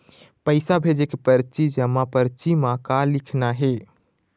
पैसा भेजे के परची जमा परची म का लिखना हे?